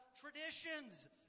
traditions